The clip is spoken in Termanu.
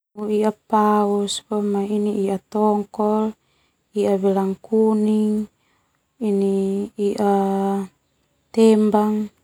Paus, boma ini tongkol, belang kuning, ini tembang.